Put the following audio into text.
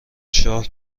شاه